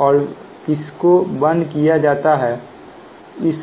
और किस को बंद किया जाता है इस